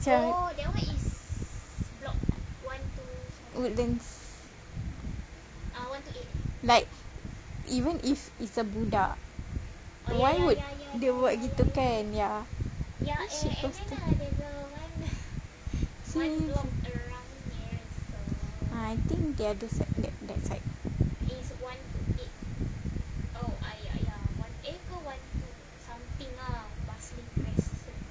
woodlands like even if it's a budak why would dia buat gitu kan ya I think the other side that side